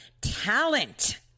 talent